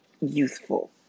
youthful